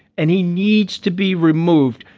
and he needs to be removed.